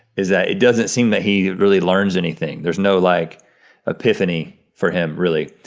is that it doesn't seem that he really learns anything, there's no like epiphany for him really.